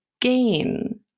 gain